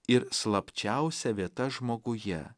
ir slapčiausia vieta žmoguje